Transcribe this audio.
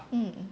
mm